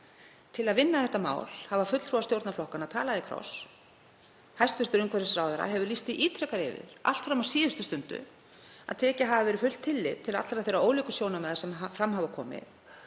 til að vinna þetta mál hafa fulltrúar stjórnarflokkanna talað í kross. Hæstv. umhverfisráðherra hefur lýst því ítrekað yfir, allt fram á síðustu stundu, að tekið hafi verið fullt tillit til allra þeirra ólíku sjónarmiða sem fram hafa komið.